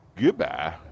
Goodbye